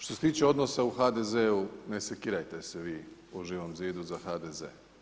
Što se tiče odnosa u HDZ-u, ne sekirajte se vi u Živom zidu za HDZ.